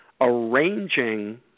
arranging